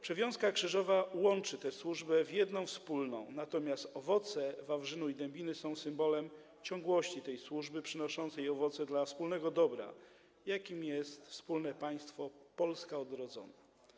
Przewiązka krzyżowa łączy te służby w jedną wspólną, natomiast owoce wawrzynu i dębiny są symbolem ciągłości tej służby, przynoszącej owoce dla wspólnego dobra, jakim jest wspólne państwo - Polska odrodzona.